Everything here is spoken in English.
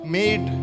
made